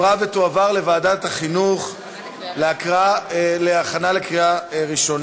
ותועבר לוועדת החינוך להכנה לקריאה הראשונה.